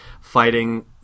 fighting